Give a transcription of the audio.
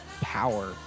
power